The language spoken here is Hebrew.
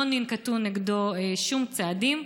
לא ננקטו נגדו שום צעדים.